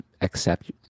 accept